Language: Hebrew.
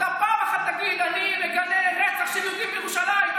אתה פעם אחת תגיד: אני מגנה רצח של יהודים בירושלים.